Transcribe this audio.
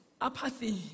apathy